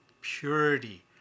purity